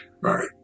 right